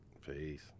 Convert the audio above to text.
Peace